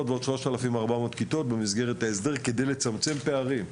ועוד 3,400 כיתות במסגרת ההסדר כדי לצמצם פערים.